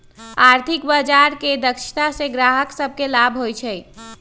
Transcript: आर्थिक बजार के दक्षता से गाहक सभके लाभ होइ छइ